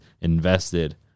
invested